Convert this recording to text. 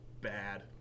bad